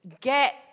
get